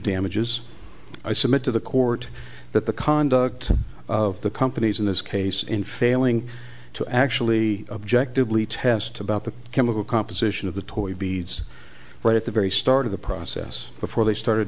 damages i submit to the court that the conduct of the companies in this case in failing to actually objectively test about the chemical composition of the toy beads right at the very start of the process before they started